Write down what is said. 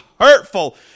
hurtful